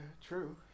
true